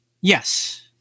yes